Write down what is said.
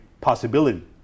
possibility